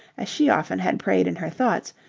as she often had prayed in her thoughts,